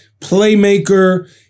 playmaker